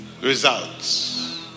results